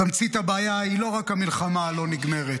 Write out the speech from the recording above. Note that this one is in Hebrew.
תמצית הבעיה היא לא רק המלחמה הלא-נגמרת,